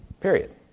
Period